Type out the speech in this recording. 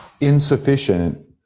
Insufficient